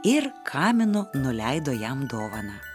ir kaminu nuleido jam dovaną